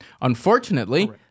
Unfortunately